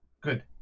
Good